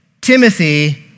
Timothy